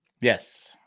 Yes